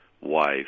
wife